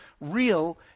real